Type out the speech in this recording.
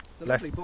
left